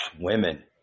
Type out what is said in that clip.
women